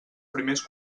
primers